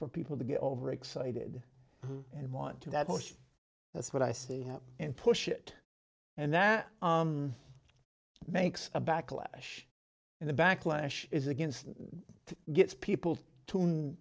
for people to get overexcited and want to that post that's what i see and push it and that makes a backlash in the backlash is against gets people tune